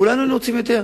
כולנו היינו רוצים יותר.